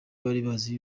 bazi